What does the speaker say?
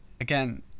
Again